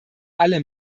alle